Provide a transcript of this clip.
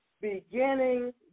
beginning